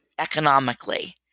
economically